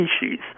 species